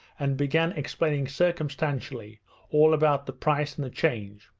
and began explaining circumstantially all about the price and the change,